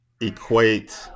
equate